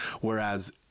Whereas